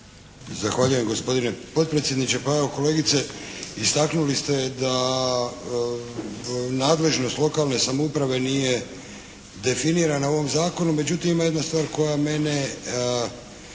Zahvaljujem gospodine potpredsjedniče. Pa evo, kolegice istaknuli ste da nadležnost lokalne samouprave nije definirana u ovom zakonu. Međutim, ima jedna stvar koja mene